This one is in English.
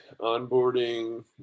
onboarding